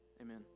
Amen